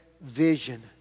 vision